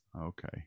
Okay